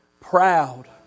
proud